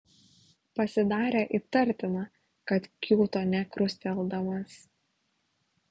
pasidarė įtartina kad kiūto nekrusteldamas